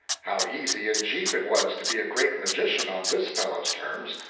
how easy and cheap it was to be a great magician on this fellow's terms.